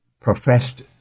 professed